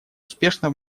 успешно